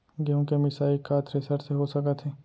गेहूँ के मिसाई का थ्रेसर से हो सकत हे?